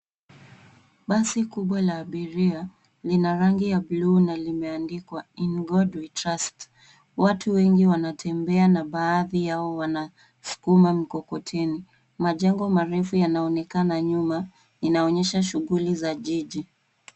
Basi kubwa la abiria lina rangi ya bluu na limeandikwa In God we Trust . Watu wengi wanatembea na baadhi yao wanaskuma mkokoteni. Majengo marefu yanaonekana nyuma. Inaonyesha shughuli za jiji.